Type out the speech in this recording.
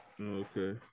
Okay